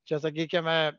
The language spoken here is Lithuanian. čia sakykime